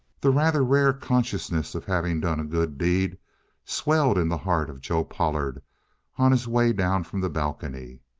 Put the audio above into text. the rather rare consciousness of having done a good deed swelled in the heart of joe pollard on his way down from the balcony.